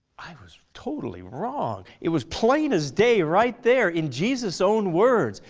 i was totally wrong. it was plain as day right there in jesus' own words.